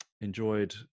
Enjoyed